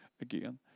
again